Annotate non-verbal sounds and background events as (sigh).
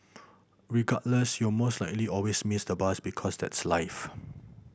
regardless you'd most likely always miss the bus because that's life (noise)